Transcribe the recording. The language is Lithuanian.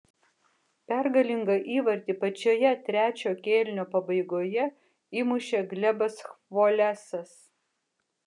pergalingą įvartį pačioje trečio kėlinio pabaigoje įmušė glebas chvolesas